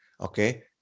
okay